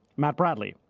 matt bradley,